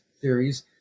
theories